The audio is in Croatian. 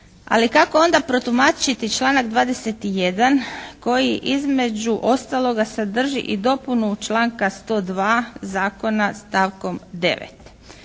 Ali kako onda protumačiti članak 21. koji između ostaloga sadrži i dopunu članka 102. zakona stavkom 9.